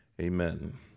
amen